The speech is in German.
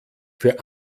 für